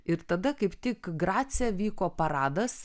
ir tada kaip tik grace vyko paradas